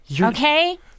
Okay